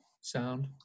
sound